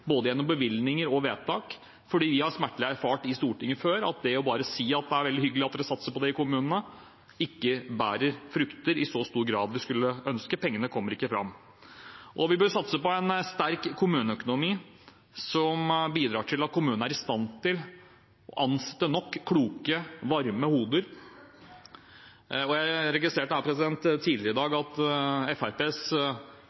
både gjennom bevilgninger og vedtak. For vi har smertelig erfart i Stortinget før at bare å si at det er veldig hyggelig at dere satser på det i kommunene, ikke bærer frukt i så stor grad som vi skulle ønske – pengene kommer ikke fram. Vi bør satse på en sterk kommuneøkonomi, som bidrar til at kommunene er i stand til å ansette nok kloke hoder og varme hender. Jeg registrerte her tidligere i dag at